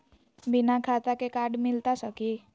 बिना खाता के कार्ड मिलता सकी?